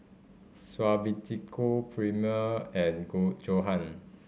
Suavecito Premier and Johan